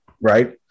right